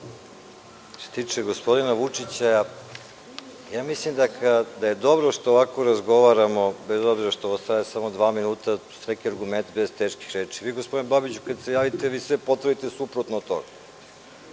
se tiče gospodina Vučića, mislim da je dobro što ovako razgovaramo, bez obzira što ovo traje samo dva minuta, to su neki argumenti bez teških reči. Vi, gospodine Babiću, kada se javite, vi sve potvrdite suprotno od